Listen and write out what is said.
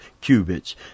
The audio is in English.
cubits